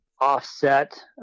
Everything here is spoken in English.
offset